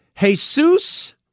Jesus